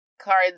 cards